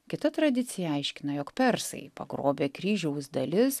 kita tradicija aiškina jog persai pagrobė kryžiaus dalis